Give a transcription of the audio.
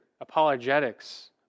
apologetics